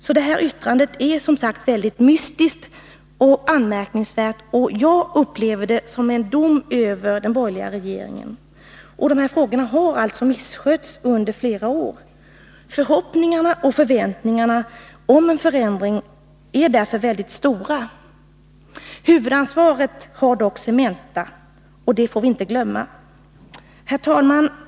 Det särskilda yttrandet är som sagt väldigt mystiskt och anmärkningsvärt. Jag upplever det alltså som en dom över de borgerliga regeringarna. Dessa frågor har misskötts under flera år. Förhoppningarna och förväntningarna om en förändring är därför mycket stora. Huvudansvaret har dock Cementa — det får vi inte glömma. Herr talman!